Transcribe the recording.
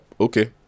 okay